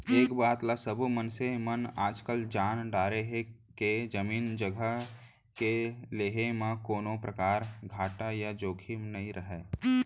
ए बात ल सब्बो मनसे मन आजकाल जान डारे हें के जमीन जघा के लेहे म कोनों परकार घाटा या जोखिम नइ रहय